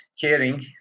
caring